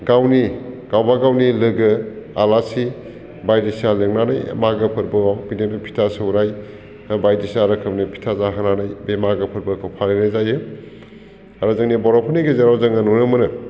गावनि गावबा गावनि लोगो आलासि बायदिसिना लिंनानै मागो फोरबोआव बिदिनो फिथा सौराय बायदिसिना रोखोमनि फिथा जाहोनानै बे मागो फोरबोखौ फालिनाय जायो आरो जोंनि बर'फोरनि गेजेराव जोङो नुनो मोनो